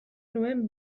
nuen